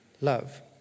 love